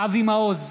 אבי מעוז,